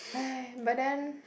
but then